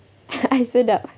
air sedap